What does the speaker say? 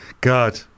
God